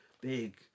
big